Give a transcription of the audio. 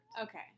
Okay